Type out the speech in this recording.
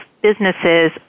businesses